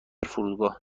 فرودگاه